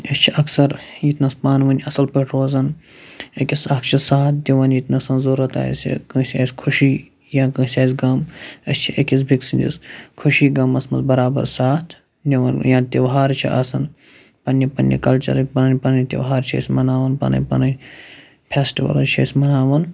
أسۍ چھِ اکثر ییٚتنَس پانہٕ ؤنۍ اَصٕل پٲٹھۍ روزان أکِس اَکھ چھِ ساتھ دِوَان ییٚتہِ نَسَن ضوٚرَتھ آسہِ کٲنٛسہِ آسہِ خوشی یا کٲنٛسہِ آسہِ غم أسۍ چھِ أکِس بیٚکہِ سٕنٛدِس خوشی غَمَس منٛز بَرابَر ساتھ نِوَان یا تہوار چھِ آسَان پنٛنہِ پنٛنہِ کَلچَرٕکۍ پَنٕنۍ پَنٕنۍ تہوار چھِ أسۍ مَناوان پَنٕنۍ پَنٕنۍ فیسٹِوَلٕز چھِ أسۍ مَناوَان